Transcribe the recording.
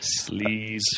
Sleaze